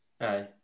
Aye